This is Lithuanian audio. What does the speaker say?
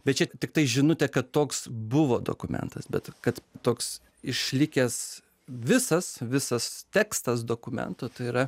bet čia tiktai žinutė kad toks buvo dokumentas bet kad toks išlikęs visas visas tekstas dokumento tai yra